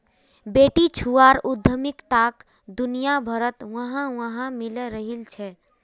बेटीछुआर उद्यमिताक दुनियाभरत वाह वाह मिले रहिल छे